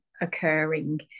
occurring